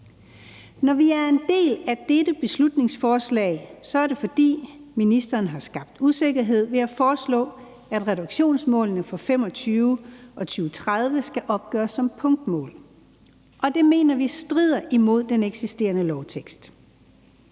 Når vi er en del af dette beslutningsforslag, er det, fordi ministeren har skabt usikkerhed ved at foreslå, at reduktionsmålene for 2025 og 2030 skal opgøres som punktmål, og det mener vi strider imod den eksisterende lovtekst.